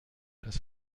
das